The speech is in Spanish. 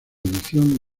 edición